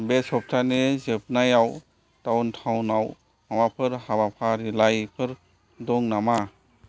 बे सप्तानि जोबनायाव डाउनटाउनाव माबाफोर हाबाफारिलाइफोर दं नामा